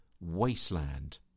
wasteland